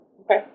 Okay